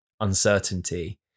uncertainty